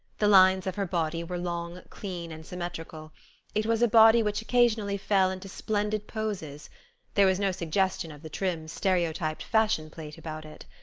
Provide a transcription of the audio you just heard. the lines of her body were long, clean and symmetrical it was a body which occasionally fell into splendid poses there was no suggestion of the trim, stereotyped fashion-plate about it.